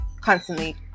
constantly